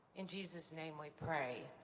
in jesus' name, we pray,